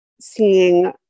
seeing